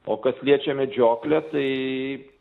o kas liečia medžioklę tai